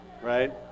right